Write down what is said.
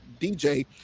DJ